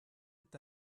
est